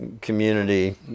community